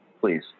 please